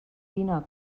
vine